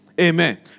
Amen